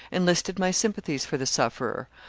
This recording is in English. enlisted my sympathies for the sufferer,